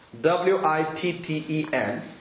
W-I-T-T-E-N